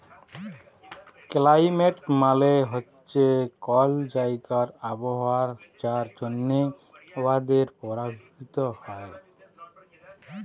climate মালে হছে কল জাইগার আবহাওয়া যার জ্যনহে ওয়েদার পরভাবিত হ্যয়